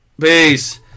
Peace